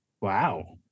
Wow